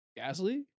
Gasly